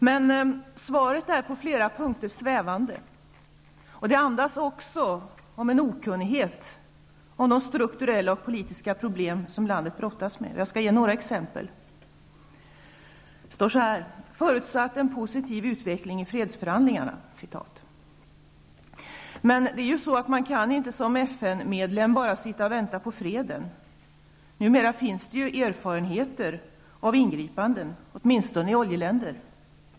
Men svaret är på flera punkter svävande, och det andas en okunnighet om de strukturella och politiska problem som landet brottas med. Jag skall ge några exempel. Det står så här: ''Förutsatt en positiv utveckling i fredsförhandlingarna --.'' Men man kan inte som FN-medlem bara sitta och vänta på freden. Numera finns det ju erfarenheter av ingripanden, åtminstone i oljeländer.